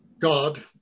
God